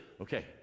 okay